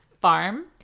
farm